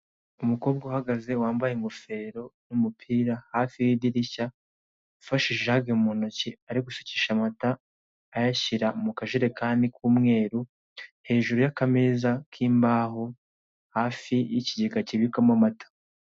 Umukobwa uhagaze, wambaye ingofero n'umupira, hafi y'idirishya, ufashe ijage mu ntoki, ari gusukisha amata ayashyira mu kajerekani k'umweru, hejuru y'akameza k'imbaho, hafi y'ikigega kibikwamo amata.